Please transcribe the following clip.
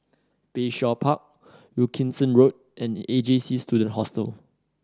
Bayshore Park Wilkinson Road and A J C Student Hostel